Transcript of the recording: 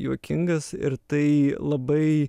juokingas ir tai labai